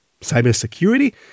Cybersecurity